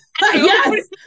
Yes